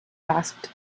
asked